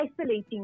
isolating